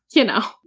you know,